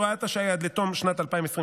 הוראת השעה היא עד לתום שנת 2024,